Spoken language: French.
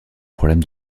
problème